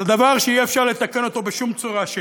זה דבר שאי-אפשר לתקן אותו בשום צורה.